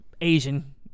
Asian